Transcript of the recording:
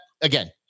again